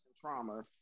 trauma